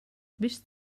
wischt